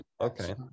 Okay